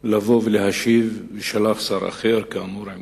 לבוא ולהשיב ושלח שר אחר שאינו מתמצא בדיון,